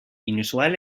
inusual